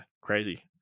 crazy